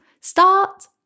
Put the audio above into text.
Start